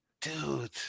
dude